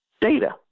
Data